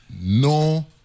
no